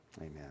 Amen